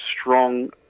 strong